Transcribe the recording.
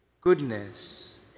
goodness